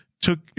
took